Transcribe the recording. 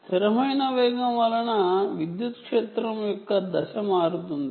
స్థిరమైన వేగం వలన ఎలక్ట్రిక్ ఫీల్డ్ యొక్క ఫేజ్ మారుతుంది